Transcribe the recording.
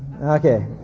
Okay